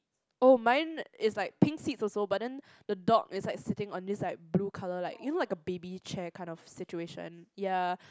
oh mine is like pink seat also but then the dog is like sitting on this like blue colour like you know like a baby chair kind of situation ya